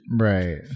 right